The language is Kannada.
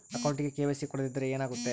ಅಕೌಂಟಗೆ ಕೆ.ವೈ.ಸಿ ಕೊಡದಿದ್ದರೆ ಏನಾಗುತ್ತೆ?